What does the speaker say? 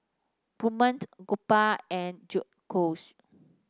Gurmeet Gopal and Jecush